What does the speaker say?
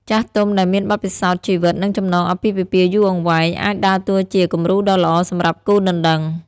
ចាស់ទុំដែលមានបទពិសោធន៍ជីវិត និងចំណងអាពាហ៍ពិពាហ៍យូរអង្វែង អាចដើរតួជា គំរូដ៏ល្អ សម្រាប់គូដណ្ដឹង។